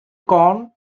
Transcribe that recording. conn